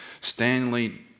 Stanley